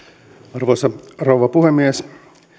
arvoisa rouva puhemies